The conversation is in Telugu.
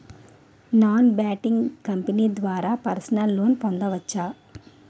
నాన్ బ్యాంకింగ్ కంపెనీ ద్వారా పర్సనల్ లోన్ పొందవచ్చా?